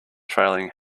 trailing